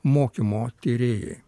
mokymo tyrėjai